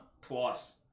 Twice